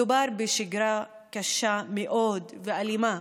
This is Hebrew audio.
מדובר בשגרה קשה מאוד ואלימה,